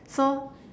so